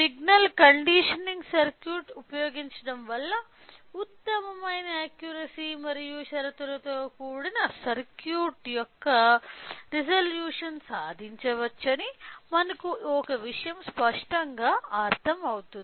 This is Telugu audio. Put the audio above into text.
సిగ్నల్ కండిషనింగ్ సర్క్యూట్ ఉపయోగించడం వల్ల ఉత్తమమైన అక్యురసీ మరియు షరతులతో కూడిన సర్క్యూట్ యొక్క రెజల్యూషన్ సాధించవచ్చని మనకు ఒక విషయం స్పష్టంగా అర్ధం అవుతుంది